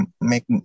make